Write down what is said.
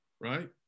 right